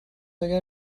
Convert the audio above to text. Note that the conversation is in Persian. اگر